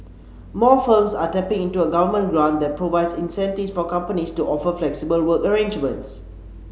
more firms are tapping into a Government grant that provides incentives for companies to offer flexible work arrangements